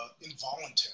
involuntary